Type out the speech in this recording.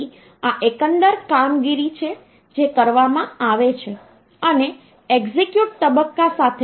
90 ભાગ્યા 2 મને 45 ભાગાકાર આપશે અને 0 શેષ તરીકે આપે છે